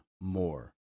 more